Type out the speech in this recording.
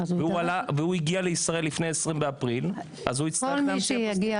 והוא הגיע לישראל לפני 20 באפריל- - כל מי שיגיע